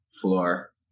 floor